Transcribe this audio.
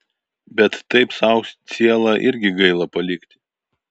bet taip sau cielą irgi gaila palikti